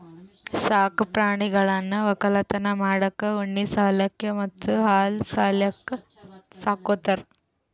ಸಾಕ್ ಪ್ರಾಣಿಗಳನ್ನ್ ವಕ್ಕಲತನ್ ಮಾಡಕ್ಕ್ ಉಣ್ಣಿ ಸಲ್ಯಾಕ್ ಮತ್ತ್ ಹಾಲ್ ಸಲ್ಯಾಕ್ ಸಾಕೋತಾರ್